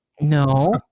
No